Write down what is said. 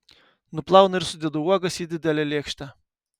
nuplaunu ir sudedu uogas į didelę lėkštę